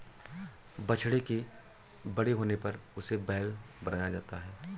बछड़े के बड़े होने पर उसे बैल बनाया जाता है